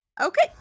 okay